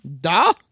Da